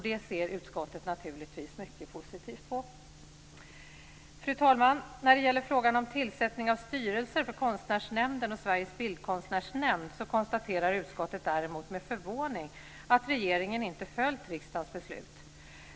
Det ser utskottet naturligtvis mycket positivt på. Fru talman! När det gäller frågan om tillsättning av styrelser för Konstnärsnämnden och Sveriges bildkonstnärsnämnd konstaterar utskottet däremot med förvåning att regeringen inte följt riksdagens beslut.